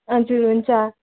हजुर हुन्छ